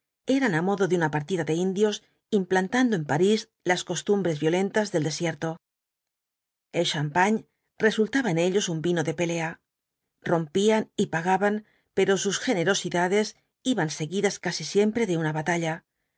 eran á modo de una partida de indios implantando en parís las costumbres violentas del desierto el champan resultaba en ellos un vino de pelea rompían y pagaban pero sus generosidades iban seguidas casi siempre de una batalla